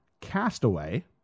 Castaway